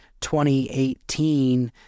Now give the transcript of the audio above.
2018